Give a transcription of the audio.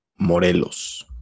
Morelos